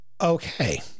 Okay